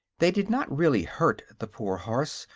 they did not really hurt the poor horse,